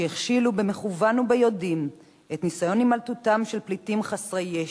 שהכשילו במכוון וביודעין את ניסיון הימלטותם של פליטים חסרי ישע.